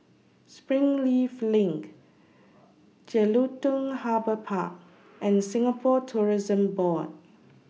Springleaf LINK Jelutung Harbour Park and Singapore Tourism Board